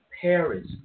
Paris